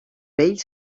bell